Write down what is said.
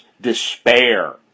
despair